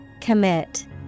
Commit